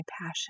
passion